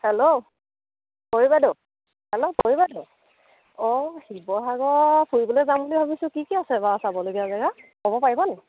hello পৰী বাইদেউ hello পৰী বাইদেউ অঁ শিৱসাগৰ ফুৰিবলৈ যাম বুলি ভাবিছোঁ কি কি আছে বাৰু চাবলগীয়া জেগা ক'ব পাৰিবনি